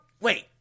wait